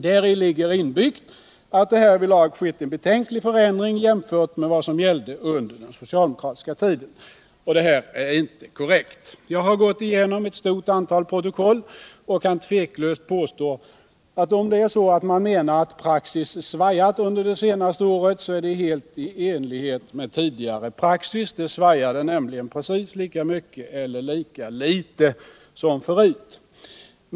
Däri ligger inbyggt att det härvidlag skett en betänklig förändring jämfört med vad som gällde under den socialdemokratiska tiden. Det är inte korrekt. Jag har gått igenom ett stort antal protokoll och kan tveklöst påstå, att om det är så, att man menar att praxis svajat under det senaste året, är det helt i enlighet med tidigare praxis. Det svajade nämligen precis lika mycket eller litet förut.